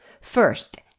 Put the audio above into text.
First